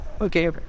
okay